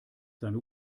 seine